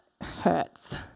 hurts